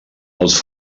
els